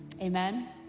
Amen